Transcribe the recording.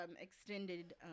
extended